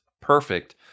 perfect